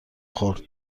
خورد